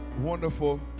wonderful